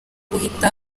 guhita